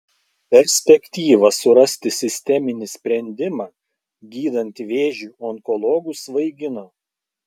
perspektyva surasti sisteminį sprendimą gydant vėžį onkologus svaigino